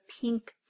pink